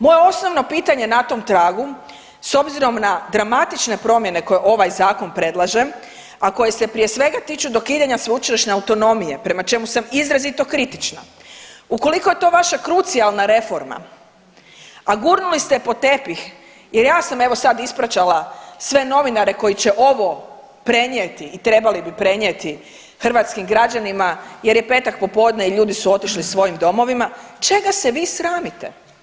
Moje osnovno pitanje na tom tragu s obzirom na dramatične promjene koje ovaj Zakon predlaže, a koje se prije svega tiču dokidanja sveučilišne autonomije, pri čemu sam izrazito kritična, ukoliko je to vaša krucijalna reforma, a gurnuli ste pod tepih jer ja sam evo, sad ispraćala sve novinare koji će ovo prenijeti i trebali bi prenijeti hrvatskim građanima jer je petak popodne i ljudi su otišli svojim domovima, čega se vi sramite?